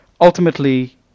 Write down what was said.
ultimately